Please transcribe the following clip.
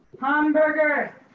hamburger